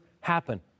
happen